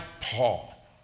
Paul